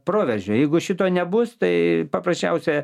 proveržio jeigu šito nebus tai paprasčiausia